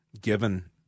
given